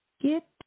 get